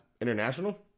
international